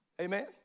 amen